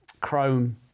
Chrome